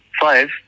five